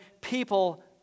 people